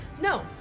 No